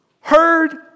heard